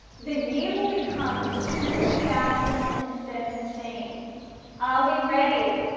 the year will become two thousand and seventeen, are we ready?